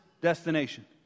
destination